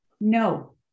No